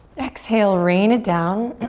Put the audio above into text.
exhale, rain it down.